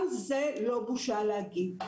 גם זה לא בושה להגיד.